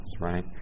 right